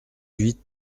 huit